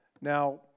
Now